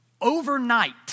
overnight